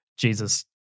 Jesus